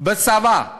בצבא,